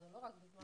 זה לא רק בזמן הצבא.